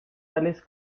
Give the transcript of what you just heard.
tales